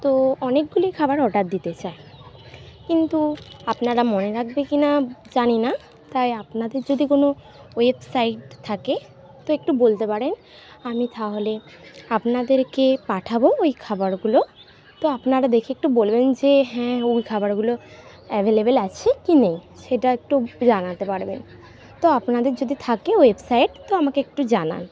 তো অনেকগুলি খাবার অর্ডার দিতে চাই কিন্তু আপনারা মনে রাখবে কিনা জানি না তাই আপনাদের যদি কোনও ওয়েবসাইট থাকে তো একটু বলতে পারেন আমি তাহলে আপনাদেরকে পাঠাবো ওই খাবারগুলো তো আপনারা দেখে একটু বলবেন যে হ্যাঁ ওই খাবারগুলো অ্যাভেলেবেল আছে কি নেই সেটা একটু জানাতে পারবেন তো আপনাদের যদি থাকে ওয়েবসাইট তো আমাকে একটু জানান